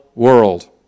world